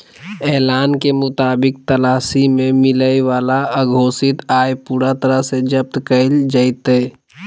ऐलान के मुताबिक तलाशी में मिलय वाला अघोषित आय पूरा तरह से जब्त कइल जयतय